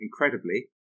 incredibly